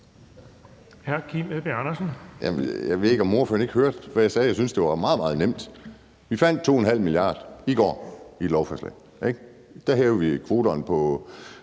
Jeg ved ikke, om ordføreren ikke hørte, hvad jeg sagde. Jeg synes, det var meget, meget nemt. Vi fandt 2,5 mia. kr. i går i et lovforslag. Der hævede vi kvoterne på